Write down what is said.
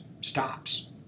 stops